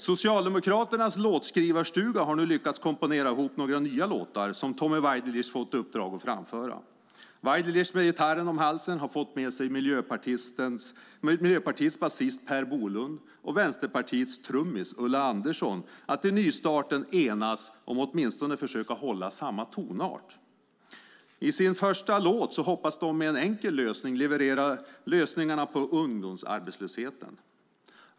Socialdemokraternas låtskrivarstuga har lyckats komponera ihop några nya låtar som Tommy Waidelich fått uppdraget att framföra. Waidelich med gitarren om halsen har fått med sig Miljöpartiets basist Per Bolund och Vänsterpartiets trummis Ulla Andersson att i nystarten enas om att åtminstone försöka hålla samma tonart. I sin första låt hoppas de med en enkel lösning leverera lösningarna på ungdomsarbetslösheten.